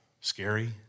scary